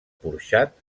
porxat